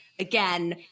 Again